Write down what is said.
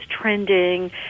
trending